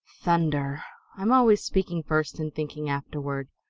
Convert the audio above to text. thunder i'm always speaking first and thinking afterward.